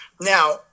Now